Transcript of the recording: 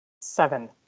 seven